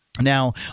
Now